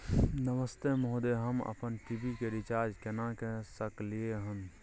नमस्ते महोदय, हम अपन टी.वी के रिचार्ज केना के सकलियै हन?